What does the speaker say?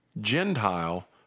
Gentile